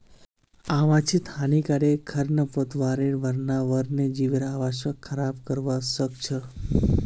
आवांछित हानिकारक खरपतवारेर बढ़ना वन्यजीवेर आवासक खराब करवा सख छ